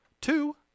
Two